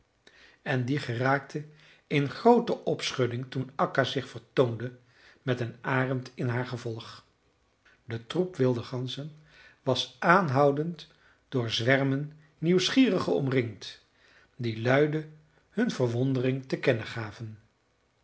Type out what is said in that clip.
en die geraakten in groote opschudding toen akka zich vertoonde met een arend in haar gevolg de troep wilde ganzen was aanhoudend door zwermen nieuwsgierigen omringd die luide hun verwondering te kennen gaven